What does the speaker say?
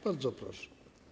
Bardzo proszę.